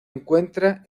encuentra